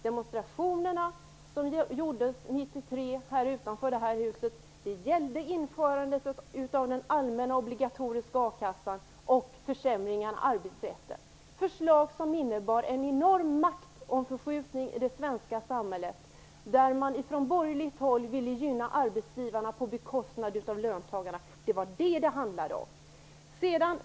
Demonstrationerna som 1993 gjordes utanför detta hus gällde införandet av den allmänna, obligatoriska akassan och försämringarna av arbetsrätten. Det är förslag som innebar en enorm maktförskjutning i det svenska samhället, där man från borgerligt håll ville gynna arbetsgivarna på bekostnad av löntagarna. Det var detta som det handlade om.